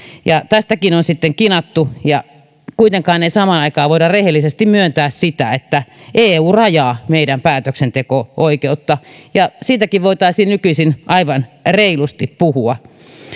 ja tästäkin on kinattu ja kuitenkaan ei samaan aikaan voida rehellisesti myöntää sitä että eu rajaa meidän päätöksenteko oikeuttamme siitäkin voitaisiin nykyisin aivan reilusti puhua